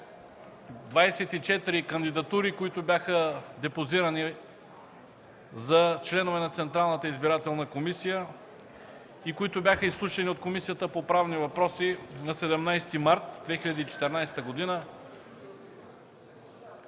24 кандидатури, които бяха депозирани за членове на Централната избирателна комисия и които бяха изслушани от Комисията по правни въпроси на 17 март 2014 г.